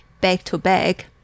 back-to-back